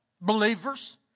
believers